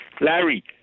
Larry